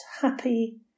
happy